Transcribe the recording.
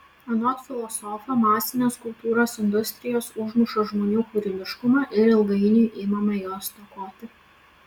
anot filosofo masinės kultūros industrijos užmuša žmonių kūrybiškumą ir ilgainiui imame jo stokoti